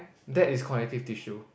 that is connective tissue